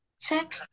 check